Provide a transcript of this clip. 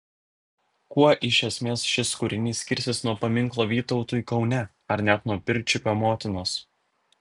kuo iš esmės šis kūrinys skirsis nuo paminklo vytautui kaune ar net nuo pirčiupio motinos